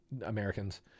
Americans